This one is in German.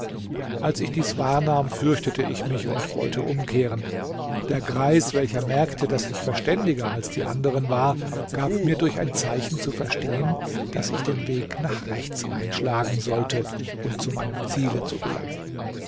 als ich dies wahrnahm fürchtete ich mich und wollte umkehren der greis welcher merkte daß ich verständiger als die anderen war gab mir durch ein zeichen zu verstehen daß ich den weg nach rechts einschlagen sollte um zu meinem ziele zu gelangen